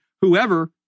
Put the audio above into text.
whoever